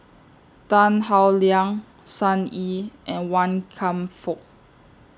Tan Howe Liang Sun Yee and Wan Kam Fook